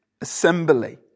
assembly